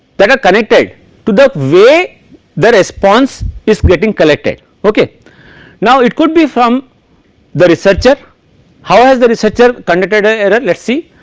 that are connected to the way the response is getting collected okay now it could be from the researcher how as the researcher conducted ah error let see